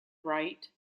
write